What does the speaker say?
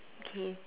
okay